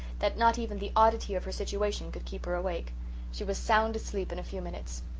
that not even the oddity of her situation could keep her awake she was sound asleep in a few minutes.